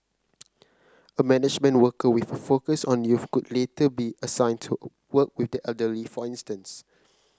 a management worker with a focus on youth could later be assigned to work with the elderly for instance